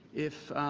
if